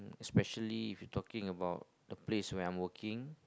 especially if you talking about the place where I'm working